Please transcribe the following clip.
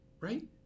Right